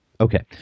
Okay